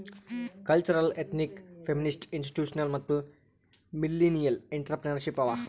cultural, ethnic, feminist, institutional ಮತ್ತ millennial entrepreneurship ಅವಾ